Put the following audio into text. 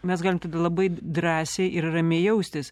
mes galim tada labai drąsiai ir ramiai jaustis